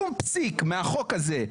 שום פסיק מהחוק הזה,